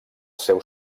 seu